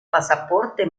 pasaporte